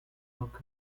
oak